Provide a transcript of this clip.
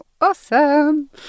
Awesome